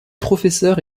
professeurs